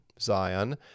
zion